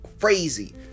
crazy